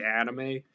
anime